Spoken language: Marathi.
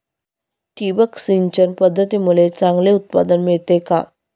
ठिबक सिंचन पद्धतीमुळे चांगले उत्पादन मिळते का?